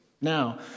now